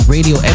Radio